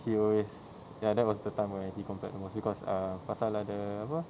he always ya that was the time when he compared the most because err pasal ada apa